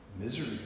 misery